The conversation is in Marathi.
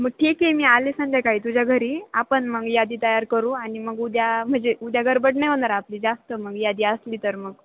मग ठीक आहे मी आले संध्याकाळी तझ्या घरी आपण मग यादी तयार करू आणि मग उद्या म्हणजे उद्या गडबड नाही होणार आपली जास्त मग यादी असली तर मग